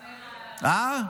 הסטייפלר.